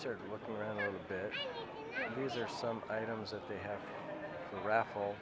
certain look around here the bad news are some items that they have a raffle